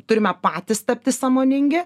turime patys tapti sąmoningi